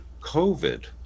COVID